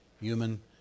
human